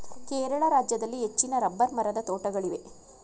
ಕೇರಳ ರಾಜ್ಯದಲ್ಲಿ ಹೆಚ್ಚಿನ ರಬ್ಬರ್ ಮರದ ತೋಟಗಳಿವೆ